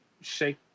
shake